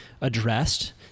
addressed